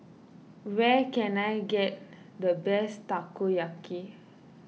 where can I get the best Takoyaki